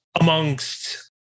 amongst